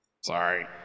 Sorry